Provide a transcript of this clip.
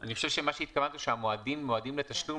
אני חושב שמה שהתכוונו שהמועדים לתשלום